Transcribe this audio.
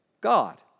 God